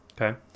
Okay